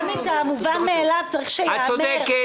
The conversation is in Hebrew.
גם את המובן מאליו צריך שייאמר,